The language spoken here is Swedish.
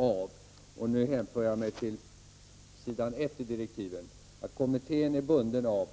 1 i direktiven, nämligen att kommittén är bunden av ”-—--